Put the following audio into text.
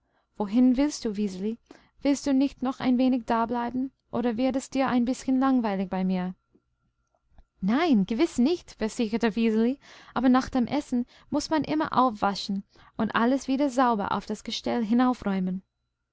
wohin willst du wiseli willst du nicht noch ein wenig dableiben oder wird es dir ein bißchen langweilig bei mir nein gewiß nicht versicherte wiseli aber nach dem essen muß man immer aufwaschen und alles wieder sauber auf das gestell